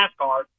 NASCAR